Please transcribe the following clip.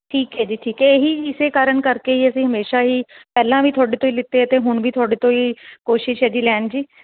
ਠੀਕ ਹੈ ਜੀ ਠੀਕ ਹੈ ਇਹੀ ਇਸੇ ਕਾਰਨ ਕਰਕੇ ਅਸੀਂ ਹਮੇਸ਼ਾ ਹੀ ਪਹਿਲਾਂ ਵੀ ਤੁਹਾਡੇ ਤੋਂ ਲਿੱਤੇ ਅਤੇ ਹੁਣ ਵੀ ਤੁਹਾਡੇ ਤੋਂ ਹੀ ਕੋਸ਼ਿਸ਼ ਹੈਗੀ ਲੈਣ ਜੀ